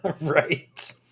Right